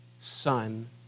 Son